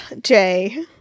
Jay